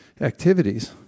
activities